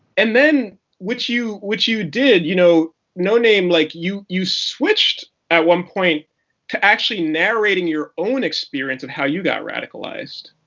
and then which you which you did. you know, noname, like you you switched at one point to actually narrating your own experience of how you got radicalized.